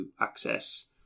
access